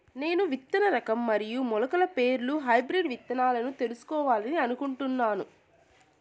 నేను విత్తన రకం మరియు మొలకల పేర్లు హైబ్రిడ్ విత్తనాలను తెలుసుకోవాలని అనుకుంటున్నాను?